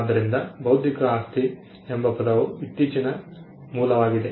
ಆದ್ದರಿಂದ ಬೌದ್ಧಿಕ ಆಸ್ತಿ ಎಂಬ ಪದವು ಇತ್ತೀಚಿನ ಮೂಲವಾಗಿದೆ